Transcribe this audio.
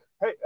Hey